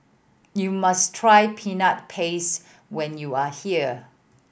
you must try Peanut Paste when you are here